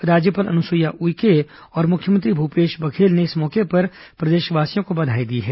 राज्यपाल अनुसुईया उइके और मुख्यमंत्री भूपेश बघेल ने इस मौके पर प्रदेशवासियों को बधाई दी है